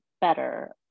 better